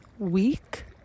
week